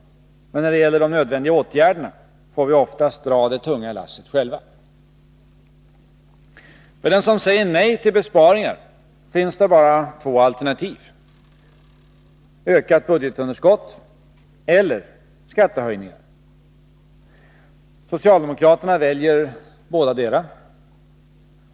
Men när det gäller de nödvändiga åtgärderna får vi oftast dra det tunga lasset själva. För den som säger nej till besparingar finns det bara två alternativ: ökat budgetunderskott eller skattehöjningar. Socialdemokraterna väljer bådadera.